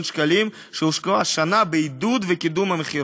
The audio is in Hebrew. שקלים שהושקעו השנה בעידוד ובקידום של המכירות.